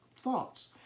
thoughts